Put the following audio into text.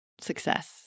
success